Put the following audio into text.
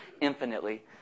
infinitely